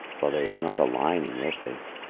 while there is not a line in your face.